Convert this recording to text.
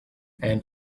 and